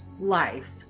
life